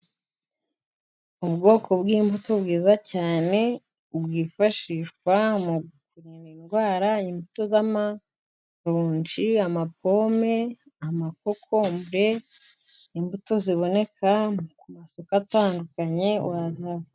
Ubwoko bw'imbuto bwiza cyane, bwifashishwa mu kurinda indwara, imbuto z'amaronji, amapome amakokombure, imbuto ziboneka ku masoko atandukanye wa....